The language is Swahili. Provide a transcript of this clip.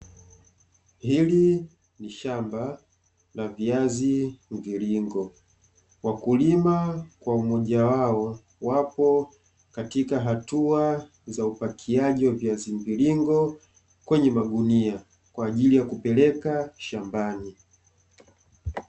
Hili ni shamba la viazi mviringo, wakulima kwa umoja wao wapo katika hatua za upakiaji wa viazi mviringo kwenye magunia kwa ajili ya kupeleka shambani.